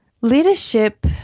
leadership